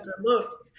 look